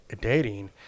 dating